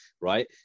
right